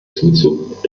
zuzug